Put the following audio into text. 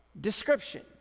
description